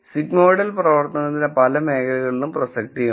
sigmoidal പ്രവർത്തനത്തിന് പല മേഖലകളിലും പ്രസക്തിയുണ്ട്